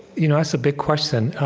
you know a so big question,